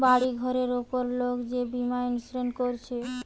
বাড়ি ঘরের উপর লোক যে বীমা ইন্সুরেন্স কোরছে